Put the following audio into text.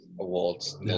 awards